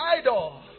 idol